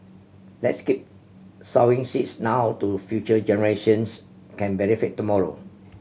let's keep sowing seeds now to future generations can benefit tomorrow